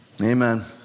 Amen